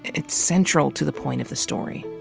it's central to the point of the story.